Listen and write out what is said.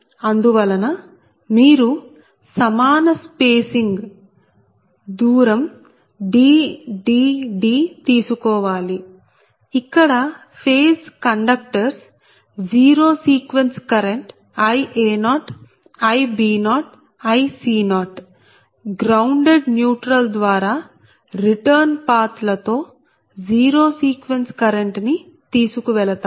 అందువలన మీరు సమాన స్పేసింగ్ దూరం D D D తీసుకోవాలి ఇక్కడ phase conductors zero sequence current Ia0Ib0Ic0గ్రౌండెడ్ న్యూట్రల్ ద్వారా రిటర్న్ పాత్ లతో జీరో సీక్వెన్స్ కరెంట్ ని తీసుకువెళతాయి